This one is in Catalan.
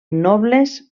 nobles